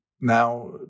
now